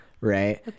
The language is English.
right